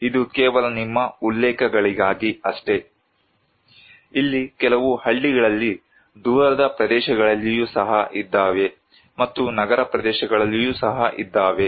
ಇದು ಕೇವಲ ನಿಮ್ಮ ಉಲ್ಲೇಖಗಳಿಗಾಗಿ ಅಷ್ಟೇ ಇಲ್ಲಿ ಕೆಲವು ಹಳ್ಳಿಗಳಲ್ಲಿ ದೂರದ ಪ್ರದೇಶಗಳಲ್ಲಿಯೂ ಸಹ ಇದ್ದಾವೆ ಮತ್ತು ನಗರ ಪ್ರದೇಶಗಳಲ್ಲಿಯೂ ಸಹ ಇದ್ದಾವೆ